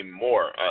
more